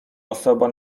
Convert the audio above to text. osoba